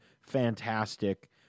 fantastic